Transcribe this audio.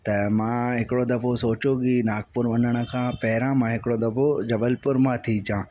त मां हिकिड़ो दफ़ो सोचो कि नागपुर वञण खां पहिरियों मां हिकिड़ो दफ़ो जबलपुर मां थी अचा